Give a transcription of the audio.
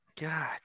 God